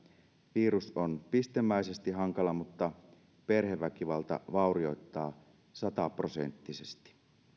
virus on pistemäisesti hankala mutta perheväkivalta vaurioittaa sata prosenttisesti